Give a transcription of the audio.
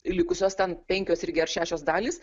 likusios ten penkios irgi ar šešios dalys